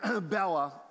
Bella